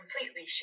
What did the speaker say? completely